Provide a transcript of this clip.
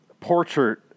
portrait